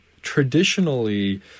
traditionally